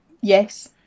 Yes